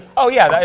oh, yeah.